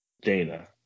Dana